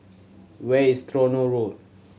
where is Tronoh Road